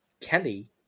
Kelly